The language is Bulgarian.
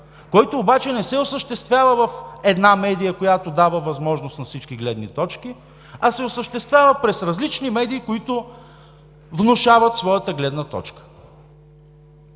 който обаче не се осъществява в една медия, която дава възможност на всички гледни точки, а се осъществява през различни медии, които внушават своята гледна точка.